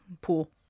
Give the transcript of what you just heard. pool